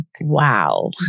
wow